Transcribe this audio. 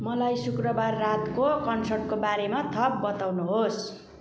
मलाई शुक्रवार रातको कनसर्टको बारेमा थप बताउनु होस्